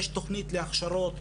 יש תוכנית להכשרות,